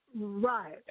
Right